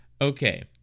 Okay